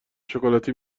شکلاتی